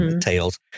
tales